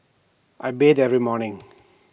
I bathe every morning